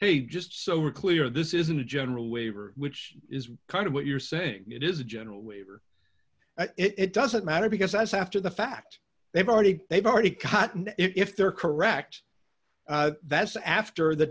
he just so we're clear this isn't a general waiver which is kind of what you're saying it is a general waiver it doesn't matter because after the fact they've already they've already cut and if they're correct that's after the